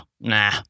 nah